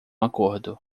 acordo